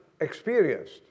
experienced